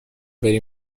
بری